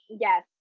Yes